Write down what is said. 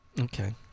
Okay